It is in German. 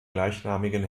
gleichnamigen